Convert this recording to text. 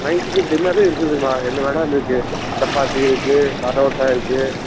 நைட்டுக்கு டின்னரு இருக்குதுங்கம்மா என்ன வேணாலும் இருக்கு சப்பாத்தி இருக்கு பரோட்டா இருக்கு